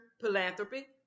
philanthropy